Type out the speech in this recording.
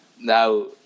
now